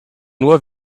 nur